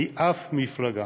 משום מפלגה.